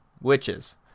witches